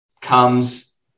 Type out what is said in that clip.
comes